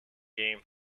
game